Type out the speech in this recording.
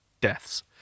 deaths